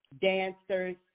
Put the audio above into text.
dancers